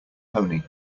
pony